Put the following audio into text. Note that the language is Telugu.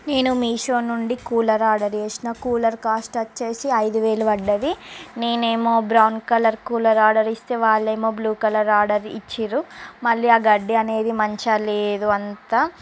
నేను మీషో నుండి కూలర్ ఆర్డర్ చేసిన కూలర్ కాస్ట్ వచ్చి ఐదు వేలు పడింది నేను ఏమో బ్రౌన్ కలర్ కూలర్ ఆర్డర్ ఇస్తే వాళ్ళు ఏమో బ్లూ కలర్ ఆర్డర్ ఇచ్చి ర్రు మళ్ళీ ఆ గడ్డి అనేది మంచిగా లేదు అంతా